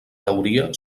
teoria